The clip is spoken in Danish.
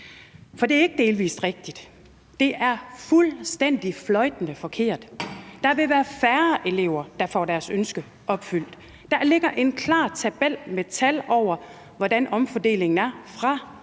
For det er ikke delvis rigtigt. Det er fuldstændig fløjtende forkert. Der vil være færre elever, der får deres ønske opfyldt. Der ligger en klar tabel med tal over, hvordan omfordelingen er, fra